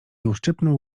uszczypnął